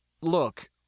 Look